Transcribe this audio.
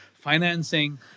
financing